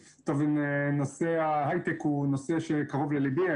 נושא ההיי-טק הוא נושא שקרוב לליבי.